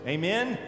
amen